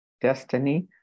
destiny